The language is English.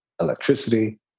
electricity